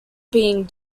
being